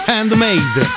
Handmade